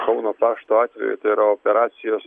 kauno pašto atveju tai yra operacijos